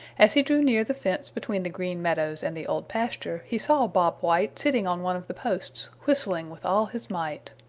as he drew near the fence between the green meadows and the old pasture he saw bob white sitting on one of the posts, whistling with all his might.